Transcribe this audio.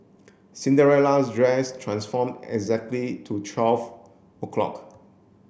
Cinderella's dress transform exactly to twelve o'clock